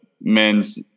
men's